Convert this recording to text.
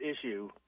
issue